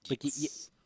Yes